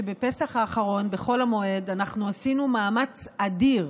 שבפסח האחרון אנחנו עשינו מאמץ אדיר